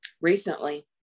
Recently